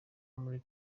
muri